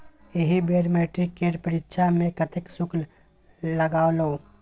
एहि बेर मैट्रिक केर परीक्षा मे कतेक शुल्क लागलौ?